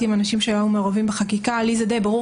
עם אנשים שהיו מעורבים בחקיקה לי זה די ברור